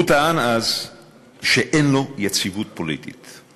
הוא טען אז שאין לו יציבות פוליטית.